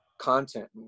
content